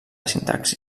sintaxi